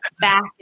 back